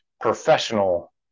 professional